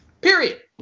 Period